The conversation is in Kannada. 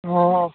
ಹಾಂ